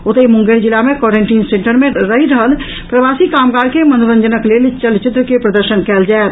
ओतहि मुंगेर जिला मे क्वारेंटीन सेंटर मे रहि रहल प्रवासी कामगार के मनोरंजनक लेल चलचित्र के प्रदर्शन कयल जायत